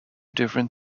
different